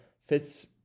fits